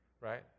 right